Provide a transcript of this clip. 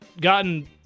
gotten